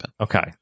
Okay